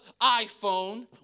iPhone